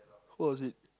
what was it